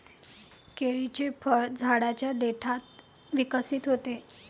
केळीचे फळ झाडाच्या देठात विकसित होते